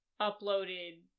uploaded